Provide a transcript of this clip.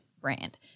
brand